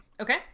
okay